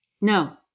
No